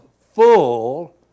full